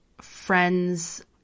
friends